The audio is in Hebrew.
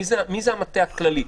מי זה המטה הכללי?